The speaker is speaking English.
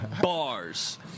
bars